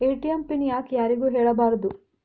ATM PIN ಯಾಕ್ ಯಾರಿಗೂ ಹೇಳಬಾರದು?